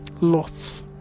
loss